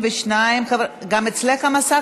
ההצעה